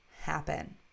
happen